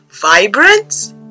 vibrant